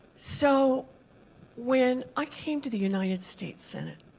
so when i came to the united states senate,